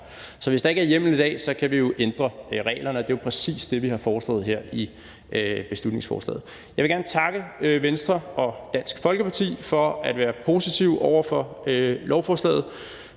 Så hvis der ikke er hjemmel i dag, kan vi jo ændre reglerne, og det er jo præcis det, vi har foreslået her med beslutningsforslaget. Jeg vil gerne takke Venstre og Dansk Folkeparti for at være positive over for forslaget.